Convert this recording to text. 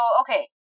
okay